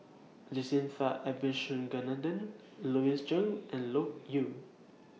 Jacintha Abisheganaden Louis Chen and Loke Yew